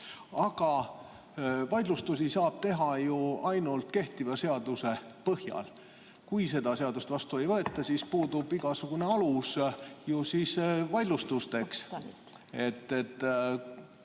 Aga vaidlustusi saab teha ju ainult kehtiva seaduse põhjal. Kui seda seadust vastu ei võeta, siis puudub ju igasugune alus vaidlustusteks.